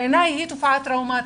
בעיני היא תופעה טראומטית.